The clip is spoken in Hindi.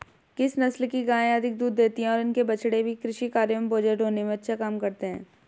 किस नस्ल की गायें अधिक दूध देती हैं और इनके बछड़े भी कृषि कार्यों एवं बोझा ढोने में अच्छा काम करते हैं?